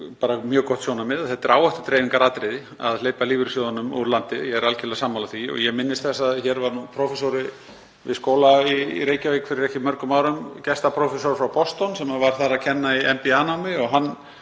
bara mjög gott sjónarmið að það sé áhættudreifingaratriði að hleypa lífeyrissjóðunum úr landi. Ég er algjörlega sammála því. Ég minnist þess að hér var prófessor við skóla í Reykjavík fyrir ekki svo mörgum árum, gestaprófessor frá Boston sem var þar að kenna í MBA-námi. Hann